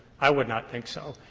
i would not think so.